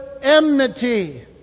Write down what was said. enmity